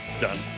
Done